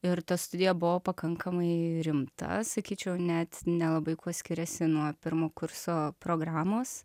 ir ta studija buvo pakankamai rimta sakyčiau net nelabai kuo skiriasi nuo pirmo kurso programos